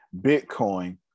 Bitcoin